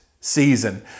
season